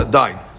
died